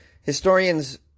Historians